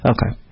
Okay